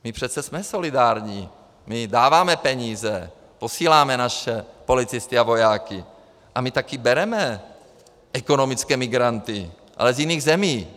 My přece jsme solidární, my dáváme peníze, posíláme naše policisty a vojáky a my taky bereme ekonomické migranty, ale z jiných zemí.